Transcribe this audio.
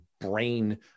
brain